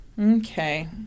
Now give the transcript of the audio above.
Okay